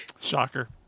shocker